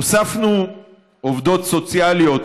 הוספנו עובדות סוציאליות